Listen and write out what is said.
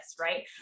right